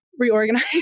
reorganize